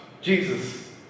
Jesus